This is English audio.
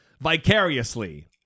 vicariously